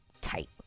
tight